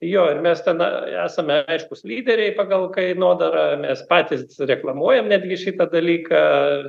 jo ir mes ten esame aiškūs lyderiai pagal kainodarą mes patys reklamuojam netgi šitą dalyką